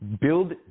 build